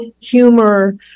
humor